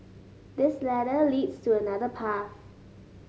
this ladder leads to another path